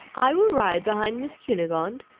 i will ride behind miss cunegonde,